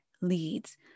leads